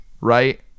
Right